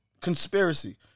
Conspiracy